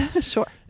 sure